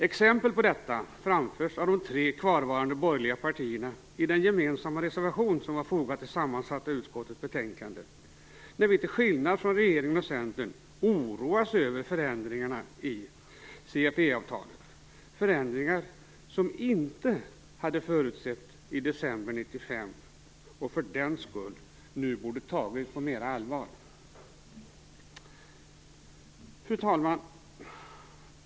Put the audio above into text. Exempel på detta framförs av de tre kvarvarande borgerliga partierna i den gemensamma reservation som är fogad till det sammansatta utskottets betänkande, där vi till skillnad från regeringen och Centern oroas över förändringarna i CFE-avtalet - förändringar som inte hade förutsetts i december 1995 och som för den skull nu borde ha tagits mer på allvar. Fru talman!